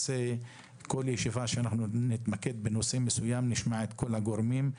בכל ישיבה נתמקד בנושא מסוים ונשמע את כל הגורמים,